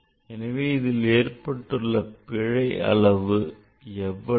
எனவே இதில் ஏற்பட்டுள்ள பிழை அளவு எவ்வளவு